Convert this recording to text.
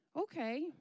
Okay